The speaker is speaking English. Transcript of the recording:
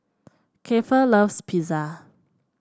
Kiefer loves Pizza